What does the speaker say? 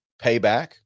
payback